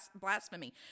blasphemy